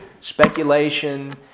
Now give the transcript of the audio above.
speculation